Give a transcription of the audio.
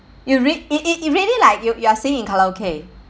it rea~ it it it really like you you are sing in karaoke